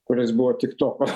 kuris buvo tiktoko